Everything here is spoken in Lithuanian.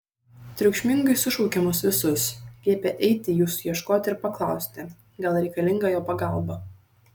triukšmingai sušaukė mus visus liepė eiti jūsų ieškoti ir paklausti gal reikalinga jo pagalba